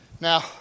Now